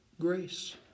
grace